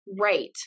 Right